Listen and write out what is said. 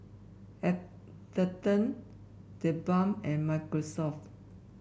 Atherton TheBalm and Microsoft